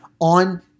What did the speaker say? on